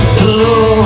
Hello